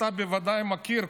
אתה בוודאי מכיר,